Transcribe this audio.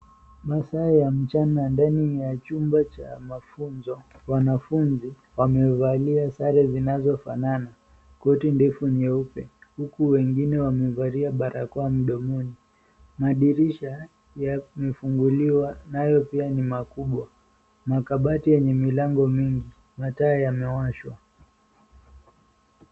Masaa ya mchana ndani ya chumba cha mafunzo. Wanafunzi wamevalia sare zinazofanana , koti ndefu nyeupe, huku wengine wamevalia barakoa mdomoni . Madirisha yamefunguliwa nayo pia ni makubwa. Makabati yenye milango mingi. Mataa yamewashwa.